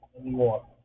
anymore